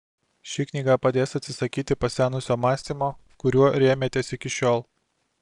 ši knyga padės atsisakyti pasenusio mąstymo kuriuo rėmėtės iki šiol